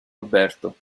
alberto